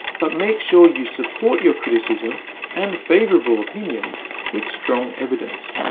but make sure you support your criticism and favorable opinions with strong evidence.